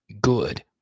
good